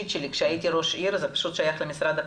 כי זה משנה את התודעה של